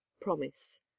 promise